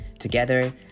Together